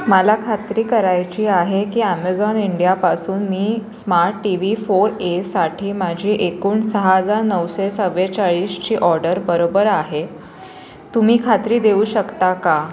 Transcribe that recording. मला खात्री करायची आहे की ॲमेझॉन इंडियापासून मी smart T V four A साठी माझी एकूण सहा हजार नऊशे चव्वेचाळीसची ऑर्डर बरोबर आहे तुम्ही खात्री देऊ शकता का